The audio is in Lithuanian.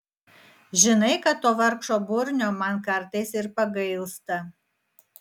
žinai kad to vargšo burnio man kartais ir pagailsta